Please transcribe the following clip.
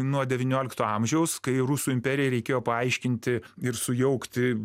nuo devyniolikto amžiaus kai rusų imperijai reikėjo paaiškinti ir sujaukti